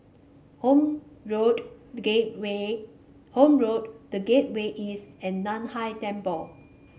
Horne Road The Gateway Horne Road The Gateway East and Nan Hai Temple